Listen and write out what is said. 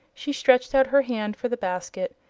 she stretched out her hand for the basket,